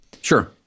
Sure